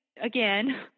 again